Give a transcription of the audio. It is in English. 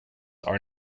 are